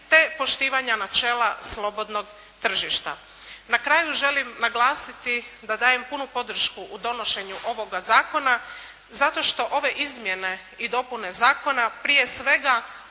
te poštivanja načela slobodnog tržišta. Na kraju želim naglasiti da dajem punu podršku u donošenju ovoga zakona zato što ove izmjene i dopune zakona prije svega